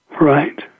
Right